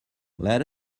let